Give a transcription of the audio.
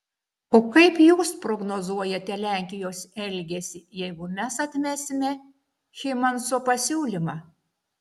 o kaip jūs prognozuojate lenkijos elgesį jeigu mes atmesime hymanso pasiūlymą